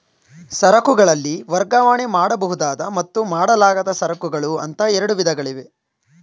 ಸರಕುಗಳಲ್ಲಿ ವರ್ಗಾವಣೆ ಮಾಡಬಹುದಾದ ಮತ್ತು ಮಾಡಲಾಗದ ಸರಕುಗಳು ಅಂತ ಎರಡು ವಿಧಗಳಿವೆ